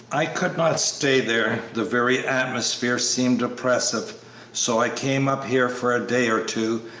i could not stay there the very atmosphere seemed oppressive so i came up here for a day or two,